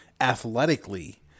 athletically